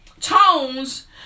tones